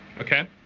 Okay